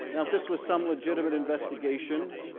now at this was some legitimate investigation,